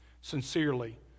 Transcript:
sincerely